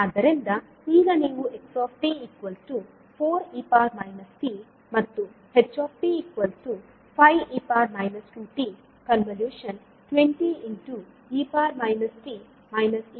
ಆದ್ದರಿಂದ ಈಗ ನೀವು x 4e t ಮತ್ತು ht 5 e 2t convolution 20 e t e 2t ಎಂದು ಹೇಳಬಹುದು